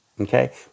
okay